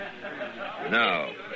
No